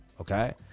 Okay